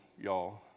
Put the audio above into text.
y'all